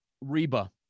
Reba